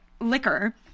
liquor